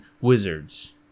wizards